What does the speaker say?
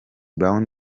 brown